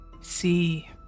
See